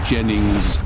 Jennings